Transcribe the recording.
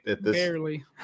Barely